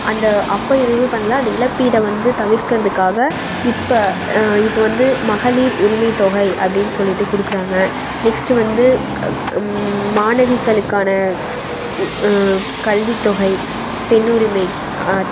அந்த அப்போ எதுவுமே பண்ணலை அந்த இழப்பீடை வந்து தவிர்க்கிறதுக்காக இப்போ இப்போ வந்து மகளிர் உரிமைத்தொகை அப்படினு சொல்லிட்டு கொடுக்குறாங்க நெக்ஸ்ட் வந்து மாணவிகளுக்கான கல்வித்தொகை பெண்ணுரிமை